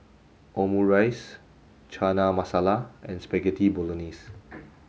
Omurice Chana Masala and Spaghetti Bolognese